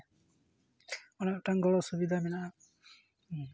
ᱚᱱᱟ ᱢᱤᱫᱴᱟᱝ ᱵᱚᱲᱚ ᱥᱩᱵᱤᱫᱟ ᱢᱮᱱᱟᱜᱼᱟ